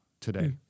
today